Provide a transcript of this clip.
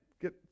get